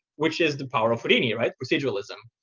which is the power of houdini, right? proceduralism.